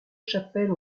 chapelles